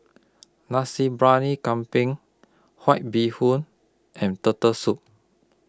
Nasi Briyani Kambing White Bee Hoon and Turtle Soup